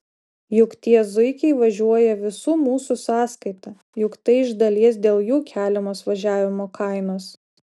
juk tie zuikiai važiuoja visų mūsų sąskaita juk tai iš dalies dėl jų keliamos važiavimo kainos